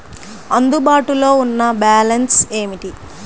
అందుబాటులో ఉన్న బ్యాలన్స్ ఏమిటీ?